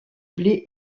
blé